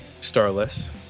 Starless